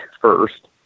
first